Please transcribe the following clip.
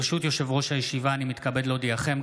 ברשות יושב-ראש הישיבה אני מתכבד להודיעכם,